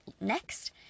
next